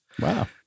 Wow